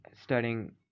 studying